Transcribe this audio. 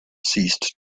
ceased